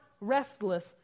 restless